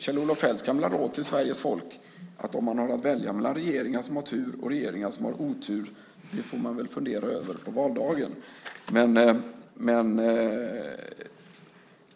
Kjell-Olof Feldts gamla råd till Sveriges folk var att om man har att välja mellan regeringar som har tur och regeringar som har otur får man väl fundera över det på valdagen.